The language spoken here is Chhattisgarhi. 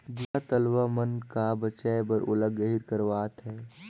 जूना तलवा मन का बचाए बर ओला गहिर करवात है